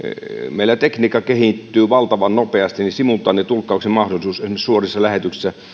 meillä tekniikka kehittyy valtavan nopeasti en tiedä onko simultaanitulkkauksen mahdollisuus esimerkiksi suorissa lähetyksissä